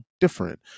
different